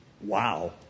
Wow